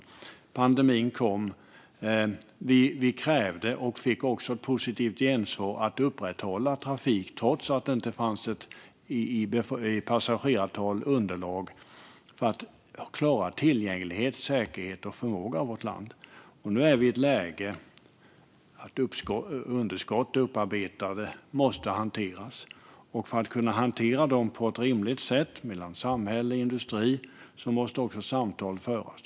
Så kom pandemin, och vi krävde och fick också positivt gensvar på att trafik skulle upprätthållas, trots att det inte fanns ett passagerarunderlag, för att klara tillgänglighet, säkerhet och förmåga i vårt land. Nu är vi i ett läge där upparbetade underskott måste hanteras. För att kunna hantera dem på ett rimligt sätt mellan samhälle och industri måste också samtal föras.